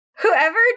Whoever